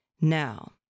Now